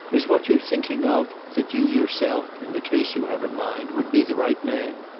is what you're thinking of that you yourself, in the case you have in mind, would be the right man?